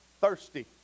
thirsty